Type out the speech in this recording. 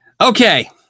Okay